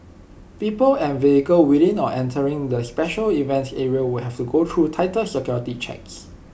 people and vehicles within or entering the special event areas will have to go through tighter security checks